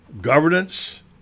governance